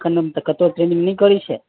अखन हम कत्तौ ट्रेनिंग नहि करयछियै